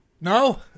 No